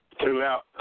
throughout